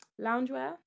Loungewear